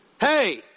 Hey